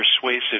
persuasive